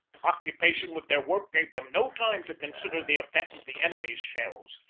occupation with their work gave them no time to consider the effect of the enemy's shells,